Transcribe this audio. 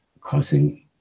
causing